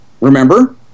Remember